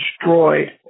destroyed